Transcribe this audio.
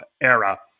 era